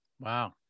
Wow